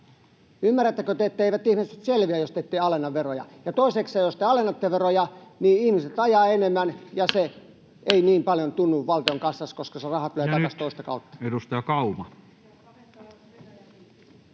Ymmärrättekö te, etteivät ihmiset nyt selviä, jos te ette alenna veroja? Ja toisekseen, jos te alennatte veroja, niin ihmiset ajavat enemmän ja se ei niin paljon tunnu valtion kassassa, koska se raha tulee takaisin toista kautta. [Satu Hassi: